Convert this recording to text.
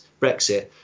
Brexit